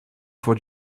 for